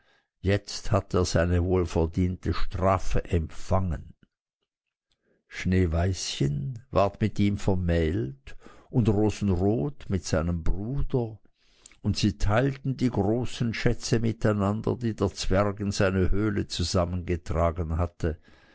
jetzt hat er seine wohlverdiente strafe empfangen schneeweißchen ward mit ihm vermählt und rosenrot mit seinem bruder und sie teilten die großen schätze miteinander die der zwerg in seine höhle zusammengetragen hatte